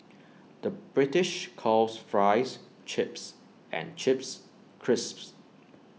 the British calls Fries Chips and Chips Crisps